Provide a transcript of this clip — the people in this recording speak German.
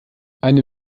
eine